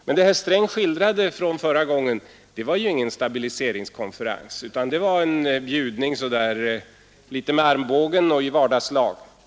Men det herr Sträng skildrade var ju ingen stabiliseringskonferens, utan det var en bjudning litet så där med armbågen och i vardagslag.